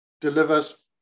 delivers